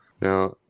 Now